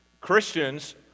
Christians